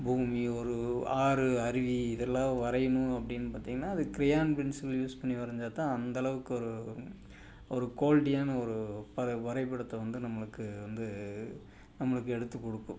பூமி ஒரு ஆறு அருவி இதெல்லாம் வரையணும் அப்படின்னு பார்த்திங்கன்னா அது க்ரையான் பென்சில் யூஸ் பண்ணி வரைஞ்சாதான் அந்த அளவுக்கு ஒரு ஒரு குவாலிட்டியான ஒரு ப வரைபடத்தை வந்து நம்மளுக்கு வந்து நம்மளுக்கு எடுத்து கொடுக்கும்